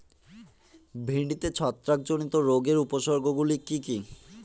ভিন্ডিতে ছত্রাক জনিত রোগের উপসর্গ গুলি কি কী?